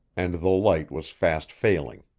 and the light was fast failing.